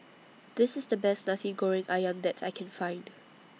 This IS The Best Nasi Goreng Ayam that I Can Find